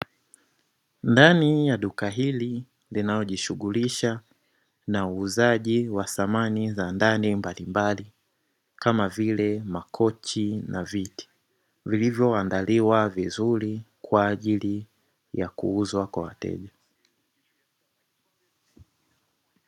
Ndani ya duka hili linalojishughulisha na uuzaji wa samani za ndani mbalimbali kama vile: makochi na viti vilivyoandaliwa vizuri kwa ajili ya kuuzwa kwa wateja.